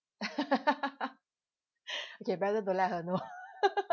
okay better don't let her know